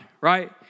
right